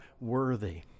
worthy